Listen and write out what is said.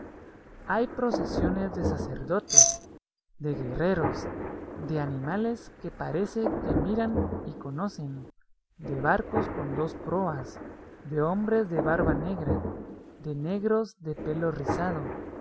hay procesiones de sacerdotes de guerreros de animales que parece que miran y conocen de barcos con dos proas de hombres de barba negra de negros de pelo rizado